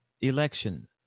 election